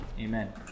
Amen